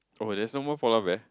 oh there's no more polar bear